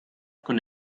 con